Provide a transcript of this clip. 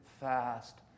fast